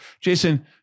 Jason